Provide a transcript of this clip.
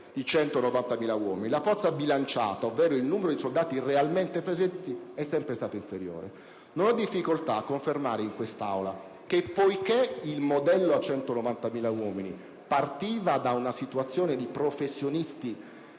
i 190.000 uomini. La forza bilanciata, ovvero il numero di soldati realmente presenti, è sempre stata inferiore. Non ho difficoltà a confermare in quest'Aula che, poiché il modello a 190.000 uomini partiva da una situazione di professionisti